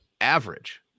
average